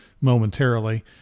momentarily